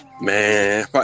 man